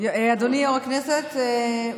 אדוני יו"ר הישיבה,